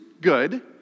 good